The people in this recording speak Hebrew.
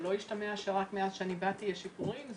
שלא ישתמע שרק מאז שבאתי יש שיפורים,